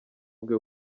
bwe